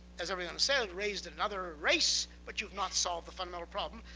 as everyone said, raised another race. but you've not solved the fundamental problem.